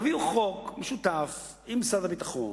תביאו חוק משותף עם משרד הביטחון,